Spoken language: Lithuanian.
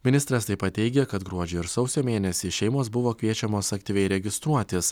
ministras taip pat teigia kad gruodžio ir sausio mėnesį šeimos buvo kviečiamos aktyviai registruotis